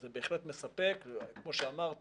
זה בהחלט מספק, וכמו שאמרתי,